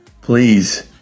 please